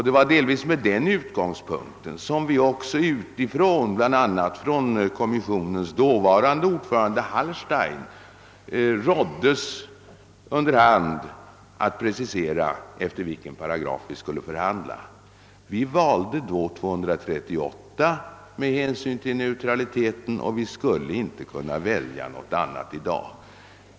Det var delvis av den anledningen som vi av kommissionens dåvarande ordförande Hallstein under hand råddes att precisera efter vilken paragraf vi ville förhandla. Vi valde då § 238 med hänsyn till neutraliteten, och vi skulle inte kunna välja någon annan i dag heller.